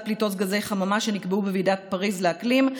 פליטות גזי חממה שנקבעו בוועידת פריז לאקלים,